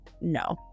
no